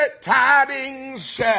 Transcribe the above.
tidings